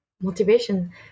motivation